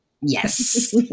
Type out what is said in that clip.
Yes